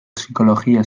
psikologia